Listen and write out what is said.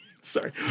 Sorry